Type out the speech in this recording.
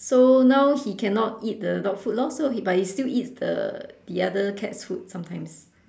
so now he cannot eat the dogfood lor so he but he still eat the the other cat food sometimes